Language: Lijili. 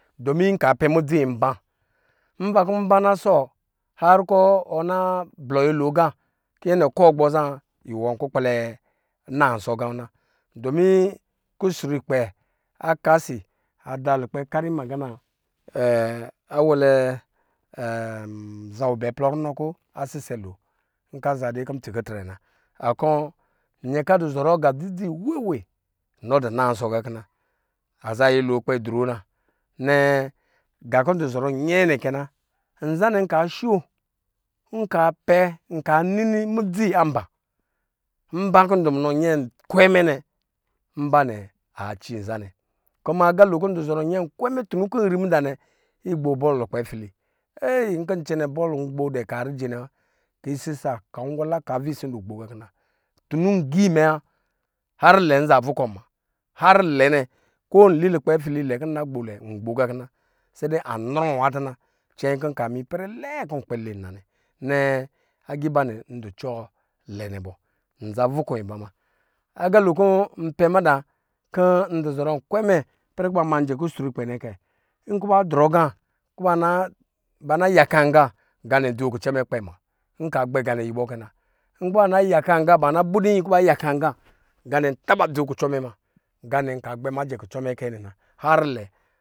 Domi nka pɛ mudzi mba ava kɔ mba na sɔ har kɔ ɔna blɔ nyɛlo aga, kɔ nyɛnɛ kɔɔ gbɔ zaa, iwɔ kpɛ kpɛlɛ, iwɔ kpɛ kpɛ lɛ naansɔ gawɔna. Domi kusrukpɛ akasi ada lukpɛ kari magana awel zovi nkɔ aza kɔ ntsikitrɛ na akɔ nyɛn kɔ adɔ zɔrɔ aga dzi dzi weewe, nɔ dɔ nansɔ gakina aza nyɛlo dɔ kpɛ dro na nɛɛ nga kɔ ndɔ zɔrɔ nyɛɛ nɛ kɛ na, nza nɛ nka sho, nkapɛ nka nudzi amba, mba kɔ ndɔ munɔ nyɛɛ nkwɛɛ mɛ nɛ mba nɛ aci nzanɛ kuma agalo kɔ ndɔ zɔrɔ tunu nkwɛ mɛ nɛ mada nɛ igbo bɔl lukpɛ fili nkɔ ncɛnɛ bɔl ndu gbo kaa rije nɛ wa. Ka isisa, ka nwala, ka avaisi ndɔ gbo gakina tunu ngi mɛ nwa, har lɛ nza vukɔn muna har lɛnɛ ko nli luk pel fili lɛ kɔ nna gbo ngba ga kina. Sede anrɔ wa tuna cɛnyikɔ nka ma ipɛrɛ lɛɛ ku nkpɛ u nanɛ, nɛɛ aga iba nɛ ndɔ cwɔɔ lɛnɛ bɔ nza vukɔn iba muna. Agalo kɔ npɛ mada kɔ ndɔ zɔrɔ nkwɛ mɛ ipɛrɛ kɔ ndu zɔrɔ kusrukpɛ nɛ kɛ nkɔ ba drɔ aga kɔ ba na yakan aga gannɛ akpɛ dzo kucɔ mɛ kpɛ muna nkɔ bana bude inyi kɔ ba yaka aga nganɛ taba dzo kucɔ mɛ muna mɛ nka gbɛ ma jɛ kucɔ mɛ kɛ nɛ na har le.